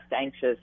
anxious